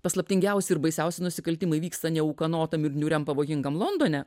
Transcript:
paslaptingiausi ir baisiausi nusikaltimai įvyksta ne ūkanotam ir niūriam pavojingam londone